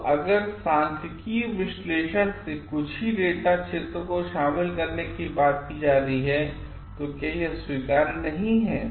तो अगर सांख्यिकीय विश्लेषण से कुछ ही डेटा क्षेत्र को शामिल करने की बात की जा रही है तो तो क्या स्वीकार्य नहीं है